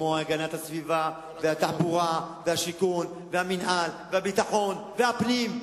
כמו הגנת הסביבה והתחבורה והשיכון והמינהל והביטחון והפנים.